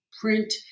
print